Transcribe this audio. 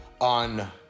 on